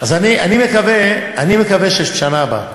אז אני מקווה שבשנה הבאה,